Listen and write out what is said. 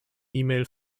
email